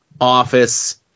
office